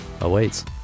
awaits